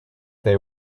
they